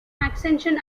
ascension